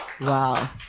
wow